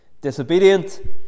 disobedient